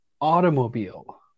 automobile